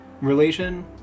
relation